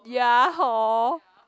ya hor